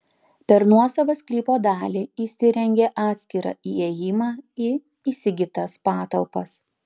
per nuosavą sklypo dalį įsirengė atskirą įėjimą į įsigytas patalpas